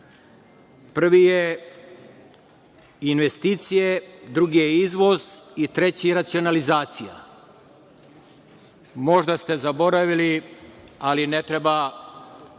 Prvi je investicije, drugi izvoz i treći racionalizacija. Možda ste zaboravili, ali ne treba